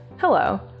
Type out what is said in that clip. hello